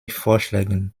vorschlägen